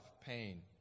Pain